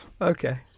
Okay